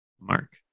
Mark